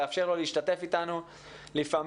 לאפשר לו להשתתף איתנו לפעמים.